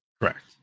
Correct